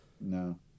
No